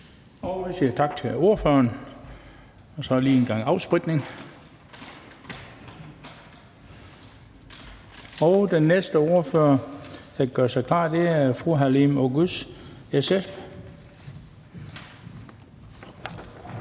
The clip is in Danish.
Vi siger tak til ordføreren, og så er der lige en gang afspritning. Den næste ordfører, der kan gøre sig klar, er fru Halime Oguz, SF.